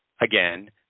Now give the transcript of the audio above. again